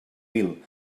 mil